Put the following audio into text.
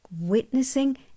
Witnessing